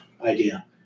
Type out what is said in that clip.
idea